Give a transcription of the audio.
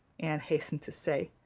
anne hastened to say,